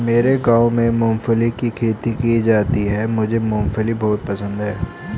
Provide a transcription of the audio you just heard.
मेरे गांव में मूंगफली की खेती की जाती है मुझे मूंगफली बहुत पसंद है